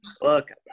Look